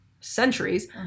centuries